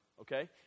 okay